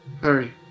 Hurry